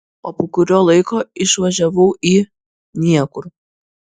o po kurio laiko išvažiavau į niekur